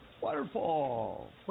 Waterfall